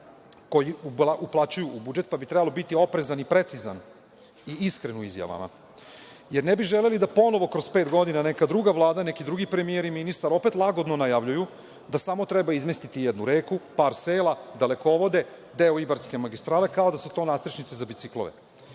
koji uplaćuju u budžet, pa bi trebalo biti oprezan i precizan i iskren u izjavama. Ne bi želeli da ponovo kroz pet godina neka druga vlada, neki drugi premijer i ministar opet lagodno najavljuju da samo treba izmestiti jednu reku, par sela, dalekovode, deo Ibarske magistrale, kao da su to nastrešnice za bicikle. Dakle,